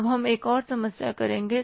अब हम एक और समस्या करेंगे